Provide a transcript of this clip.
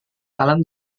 malam